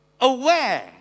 aware